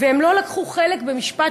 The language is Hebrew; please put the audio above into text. והם לא לקחו חלק במשפט,